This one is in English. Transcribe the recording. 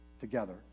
together